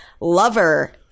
lover